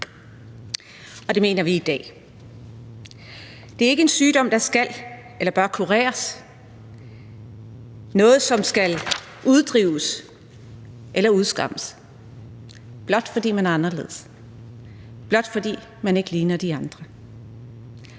det mener vi i dag. Det er ikke en sygdom, der skal eller bør kureres – noget, som skal uddrives eller udskammes, blot fordi man er anderledes, blot fordi man ikke ligner de andre.